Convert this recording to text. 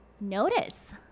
notice